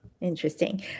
Interesting